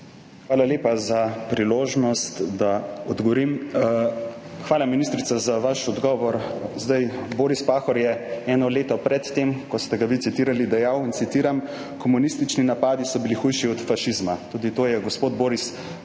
Hvala lepa za priložnost, da odgovorim. Hvala, ministrica, za vaš odgovor. Boris Pahor je eno leto pred tem, ko ste ga vi citirali, dejal, citiram: »Komunistični napadi so bili hujši od fašizma.« Tudi to je gospod Boris Pahor